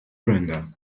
render